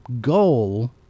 goal